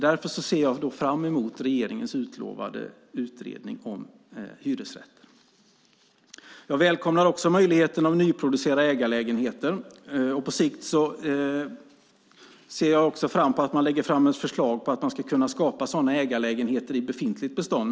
Därför ser jag fram emot regeringens utlovade utredning om hyresrätten. Jag välkomnar möjligheten att nyproducera ägarlägenheter, och på sikt ser jag fram emot att det läggs fram ett förslag om att man ska kunna skapa sådana lägenheter i befintligt bestånd.